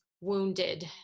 wounded